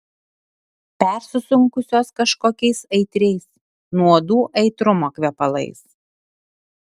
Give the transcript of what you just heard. persisunkusios kažkokiais aitriais nuodų aitrumo kvepalais